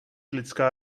lidská